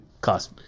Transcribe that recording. cost